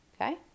Okay